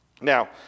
Now